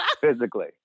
Physically